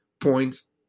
points